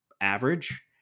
average